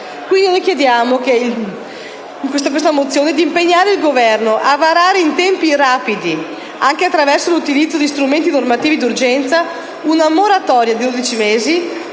mozione quindi: «impegna il Governo a varare in tempi rapidi, anche attraverso l'utilizzo di strumenti normativi d'urgenza, una moratoria di dodici